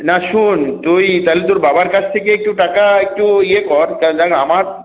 না শোন তুই তাহলে তোর বাবার কাছ থেকে একটু টাকা একটু ইয়ে কর কারণ দেখ না আমার